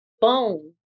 bone